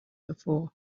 before